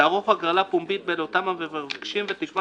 תערוך הגרלה פומבית בין אותם המבקשים ותקבע